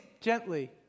Gently